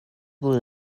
would